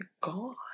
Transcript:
gone